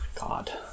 God